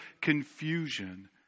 confusion